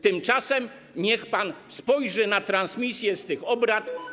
Tymczasem niech pan spojrzy na transmisję z tych obrad.